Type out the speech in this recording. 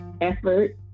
effort